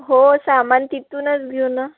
हो सामान तिथूनच घेऊ ना